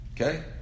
Okay